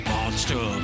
Monster